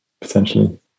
potentially